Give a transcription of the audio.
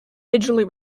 digitally